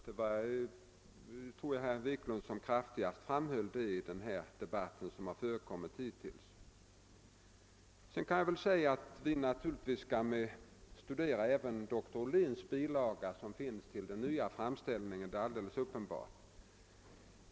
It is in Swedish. Jag tror att herr Wiklund är den som kraftigast har framhållit detta i den debatt som hittills har förekommit. Vi skall naturligtvis studera även doktor Olins rapport, som finns fogad till den nya framställningen.